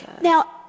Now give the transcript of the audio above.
Now